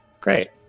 Great